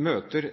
møter